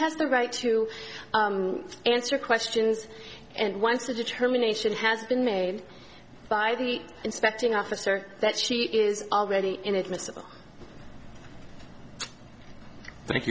has the right to answer questions and once a determination has been made by the inspecting officer that she is already inadmissible